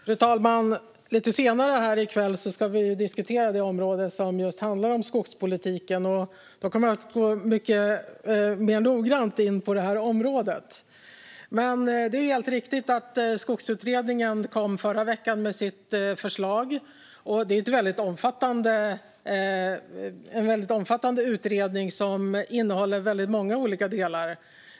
Fru talman! Lite senare i kväll ska vi diskutera det område som handlar om skogspolitiken. Då kan vi gå in mer noggrant på området. Det är helt riktigt att Skogsutredningen lade fram sitt förslag i förra veckan. Det är en omfattande utredning som innehåller många olika delar.